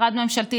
משרד ממשלתי,